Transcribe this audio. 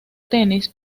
tenis